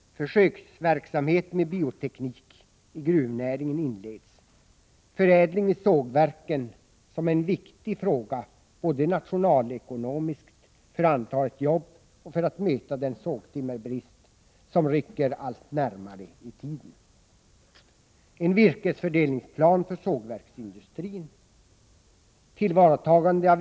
— Förädling vid sågverken inleds, vilket är en viktig fråga både för att beakta nationalekonomiska synpunkter, för att öka antalet jobb och för att möta den sågtimmerbrist som rycker allt närmare i tiden.